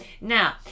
Now